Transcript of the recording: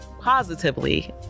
positively